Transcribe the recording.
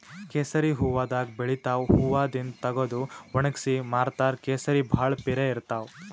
ಕೇಸರಿ ಹೂವಾದಾಗ್ ಬೆಳಿತಾವ್ ಹೂವಾದಿಂದ್ ತಗದು ವಣಗ್ಸಿ ಮಾರ್ತಾರ್ ಕೇಸರಿ ಭಾಳ್ ಪಿರೆ ಇರ್ತವ್